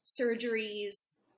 surgeries